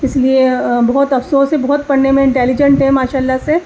اس لیے بہت افسوس ہے بہت پڑھنے میں انٹیلیجنٹ ہے ماشاء اللہ سے